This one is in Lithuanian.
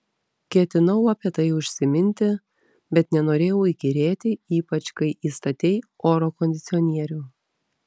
ketinau apie tai užsiminti bet nenorėjau įkyrėti ypač kai įstatei oro kondicionierių